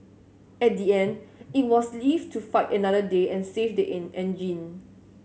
at the end it was live to fight another day and save the en engine